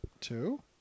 Two